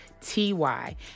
T-Y